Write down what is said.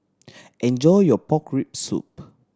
enjoy your pork rib soup